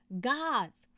God's